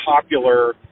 popular